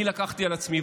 אני לקחתי על עצמי.